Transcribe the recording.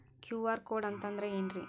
QR code ಅಂತಂದ್ರ ಏನ್ರೀ?